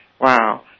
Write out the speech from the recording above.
wow